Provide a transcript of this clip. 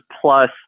plus